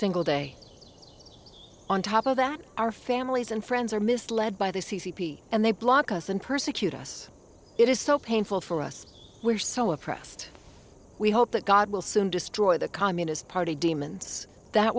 single day on top of that our families and friends are misled by the c c p and they block us and persecute us it is so painful for us we're so oppressed we hope that god will soon destroy the communist party demons that